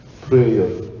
Prayer